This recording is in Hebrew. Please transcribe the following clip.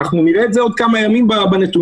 אנחנו נראה את זה בעוד כמה ימים בנתונים.